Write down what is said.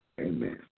amen